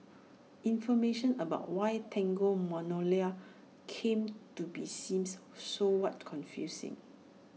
information about why Tango Magnolia came to be seems so what confusing